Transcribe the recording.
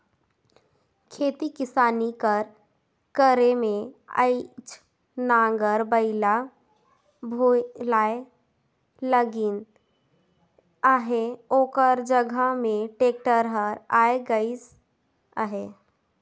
खेती किसानी कर करे में आएज नांगर बइला भुलाए लगिन अहें ओकर जगहा में टेक्टर हर आए गइस अहे